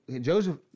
Joseph